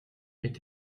est